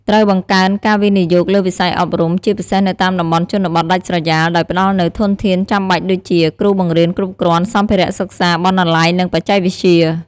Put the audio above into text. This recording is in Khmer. ត្រូវបង្កើនការវិនិយោគលើវិស័យអប់រំ ជាពិសេសនៅតាមតំបន់ជនបទដាច់ស្រយាល ដោយផ្តល់នូវធនធានចាំបាច់ដូចជា គ្រូបង្រៀនគ្រប់គ្រាន់ សម្ភារៈសិក្សា បណ្ណាល័យ និងបច្ចេកវិទ្យា។